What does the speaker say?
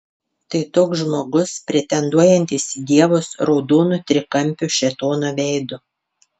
tai toks žmogus pretenduojantis į dievus raudonu trikampiu šėtono veidu